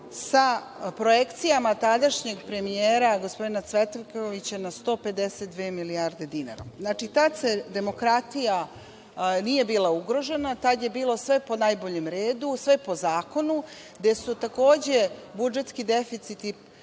sa projekcijama tadašnjeg premijera gospodina Cvetkovića na 152 milijarde dinara. Znači, tada demokratija nije bila ugrožena, tada je bilo sve najboljem redu, sve po zakonu, gde su takođe budžetski deficiti